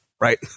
right